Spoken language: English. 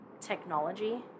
technology